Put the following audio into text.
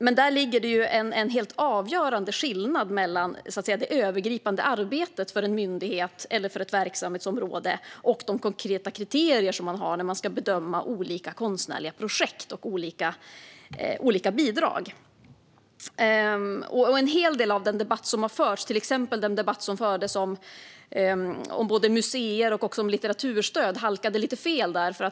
Men där finns det en helt avgörande skillnad mellan å ena sidan det övergripande arbetet för en myndighet eller för ett verksamhetsområde och å andra sidan de konkreta kriterier som man har när man ska bedöma olika konstnärliga projekt och olika bidrag. En hel del av den debatt som har förts har halkat lite fel. Det gäller till exempel debatten om museer och litteraturstöd.